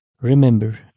Remember